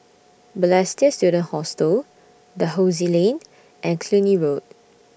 Balestier Student Hostel Dalhousie Lane and Cluny Road